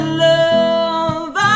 love